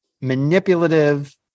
manipulative